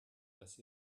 dass